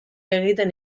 egiten